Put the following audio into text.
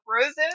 roses